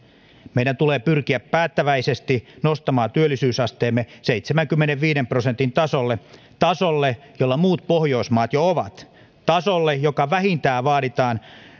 meidän tulee pyrkiä päättäväisesti nostamaan työllisyysasteemme seitsemänkymmenenviiden prosentin tasolle tasolle jolla muut pohjoismaat jo ovat tasolle joka vähintään vaaditaan